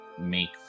make